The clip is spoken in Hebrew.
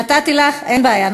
נתתי לך, אין בעיה.